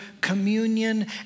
communion